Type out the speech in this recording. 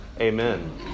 Amen